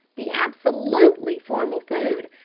the absolutely formal food!